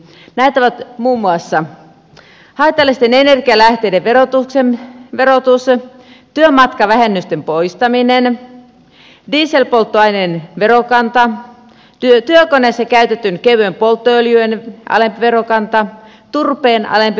näitä ovat muun muassa haitallisten energialähteiden verotus työmatkavähennysten poistaminen dieselpolttoaineen verokanta työkoneissa käytetyn kevyen polttoöljyn alempi verokanta turpeen alempi verokanta